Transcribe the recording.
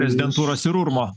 prezidentūros ir urmo